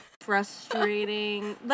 frustrating